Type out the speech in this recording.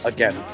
Again